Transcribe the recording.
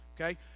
okay